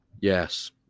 Yes